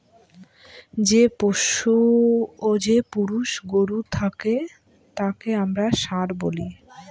যে পুরুষ গরু থাকে তাকে আমরা ষাঁড় বলি